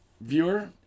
viewer